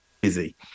busy